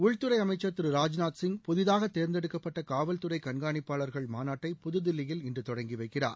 உள்துறை அமைச்ச் திரு ராஜ்நாத் சிங் புதிதாக தேர்ந்தெடுக்கப்பட்ட காவல்துறை கண்காணிப்பாளர்கள் மாநாட்டை புதுதில்லியில் இன்று தொடங்கி வைக்கிறார்